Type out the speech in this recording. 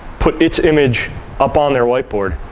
put its image up on their whiteboard.